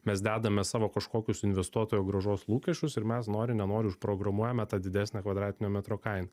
mes dedame savo kažkokius investuotojų grąžos lūkesčius ir mes nori nenori užprogramuojame tą didesnę kvadratinio metro kainą